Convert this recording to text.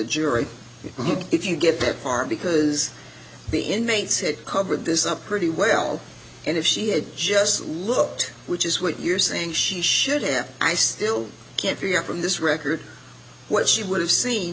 jury if you get that far because the inmates have covered this up pretty well and if she had just looked which is what you're saying she should have i still can't figure out from this record what she would have seen